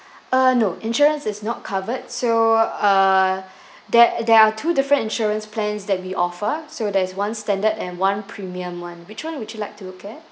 uh no insurance is not covered so uh that there are two different insurance plans that we offer so there's one standard and one premium [one] which [one] would you like to look at